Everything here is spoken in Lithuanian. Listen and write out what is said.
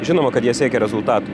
žinoma kad jie siekia rezultatų